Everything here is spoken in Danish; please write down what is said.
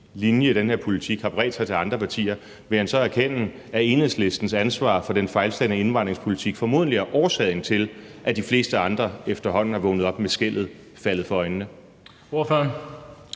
linje i den her politik har bredt sig til andre partier, vil han så erkende, at Enhedslistens ansvar for den fejlslagne indvandringspolitik formodentlig er årsagen til, at de fleste andre efterhånden er vågnet op med skællet faldet fra øjnene?